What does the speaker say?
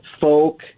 folk